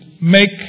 make